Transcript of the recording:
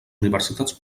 universitats